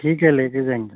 ٹھیک ہے لے کے جائیں گے